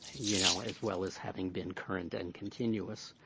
you know, as well as having been current and continuous.